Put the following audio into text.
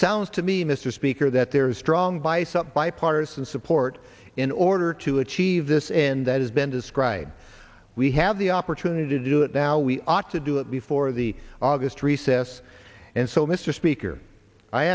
sounds to me mr speaker that there is strong by some bipartisan support in order to achieve this end that has been described we have the opportunity to do it now we ought to do it before the august recess and so mr speaker i